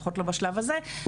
לפחות לא בשלב הזה.